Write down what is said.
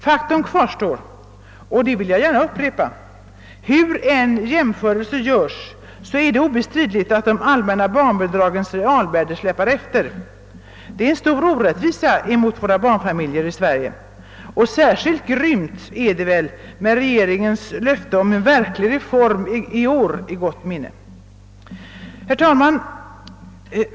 Jag upprepar att faktum kvarstår: Hur än jämförelser görs är det obestridligt att de allmänna barnbidragens realvärde släpar efter. Detta är en stor orättvisa mot barnfamiljerna i Sverige, och som särskilt grymt framstår det när man har regeringens löfte om en verklig reform detta år i gott minne. Herr talman!